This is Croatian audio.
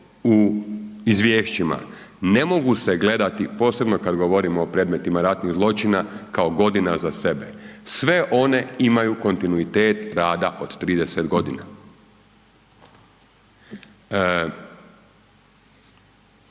u izvješćima ne mogu se gledati posebno kad govorimo o predmetima ratnih zločina, kao godina za sebe. Sve one imaju kontinuitet rada od 30 godina.